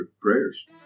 prayers